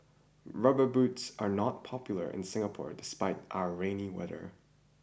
rubber boots are not popular in Singapore despite our rainy weather